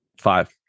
Five